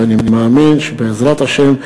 ואני מאמין שבעזרת השם,